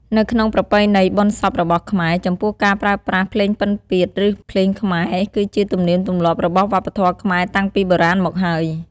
នៅក្នុងប្រពៃណីបុណ្យសពរបស់ខ្មែរ ចំពោះការប្រើប្រាស់ភ្លេងពិណពាទ្យ ឬភ្លេងខ្មែរ គឺជាទំនៀមទម្លាប់របស់វប្បធម៌ខ្មែរតាំងពីបុរាណមកហើយ។